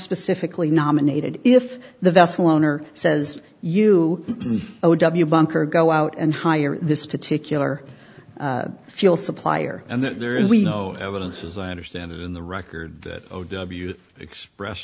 specifically nominated if the vessel owner says you know w bunker go out and hire this particular fuel supplier and that there is no evidence as i understand it in the record that express